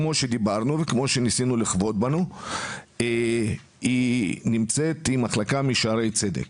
כמו שדיברנו וכמו שניסינו --- היא מחלקה מ"שערי צדק".